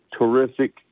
terrific